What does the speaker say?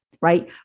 right